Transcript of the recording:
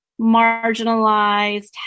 Marginalized